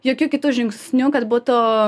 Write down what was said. jokių kitų žingsnių kad būtų